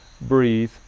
breathe